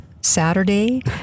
Saturday